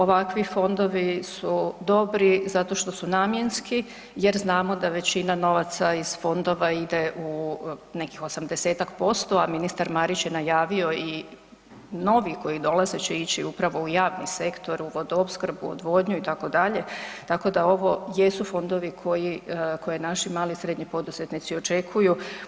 Ovakvi fondovi su dobri zato što su namjenski jer znamo da većina novaca iz fondova ide u nekih 80-tak posto, a ministar Marić je najavio i novi koji dolaze će ići upravo u javni sektor, u Vodoopskrbu, odvodnju itd., tako da ovo jesu fondovi koji, koje naši mali i srednji poduzetnici očekuju.